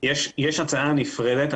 יש הצעה נפרדת,